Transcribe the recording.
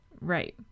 Right